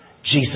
Jesus